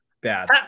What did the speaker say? bad